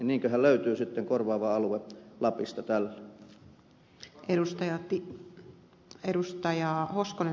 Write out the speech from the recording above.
niinköhän löytyy sitten korvaava alue lapista tälle